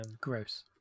gross